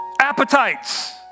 appetites